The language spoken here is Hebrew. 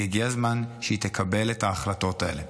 והגיע הזמן שהיא תקבל את ההחלטות האלה.